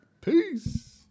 Peace